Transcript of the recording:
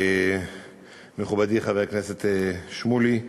מכובדי חבר הכנסת שמולי,